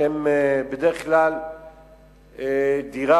שהם בדרך כלל דירה,